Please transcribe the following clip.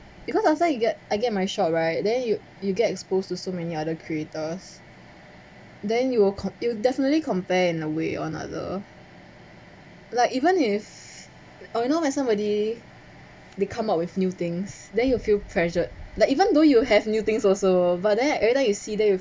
because last time you get I get my shop right then you you get exposed to so many other creators then you will you will definitely compare in away on other like even if you know when somebody they come up with new things then you'll feel pressured like even though you have new things also but then every time you see them